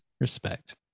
Respect